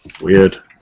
Weird